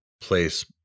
place